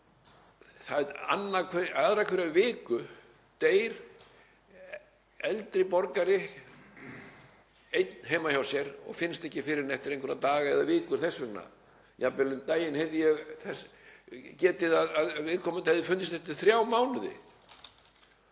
segir, aðra hverja viku deyr eldri borgari einn heima hjá sér og finnst ekki fyrr en eftir einhverja daga eða vikur þess vegna. Jafnvel um daginn heyrði ég þess getið að viðkomandi hefði fundist eftir þrjá mánuði.